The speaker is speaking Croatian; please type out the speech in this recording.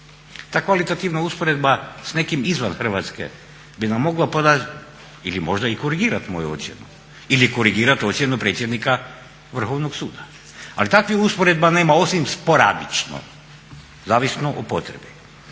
Ta kvalitativna usporedba s nekim izvan Hrvatske bi nam mogla ili možda i korigirati moju ocjenu ili korigirati ocjenu predsjednika Vrhovnog suda. Ali takvih usporedba nema osim sporadično zavisno o potrebi.